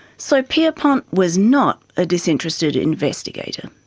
so pierpont was not a disinterested investigator.